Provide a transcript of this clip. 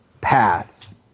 paths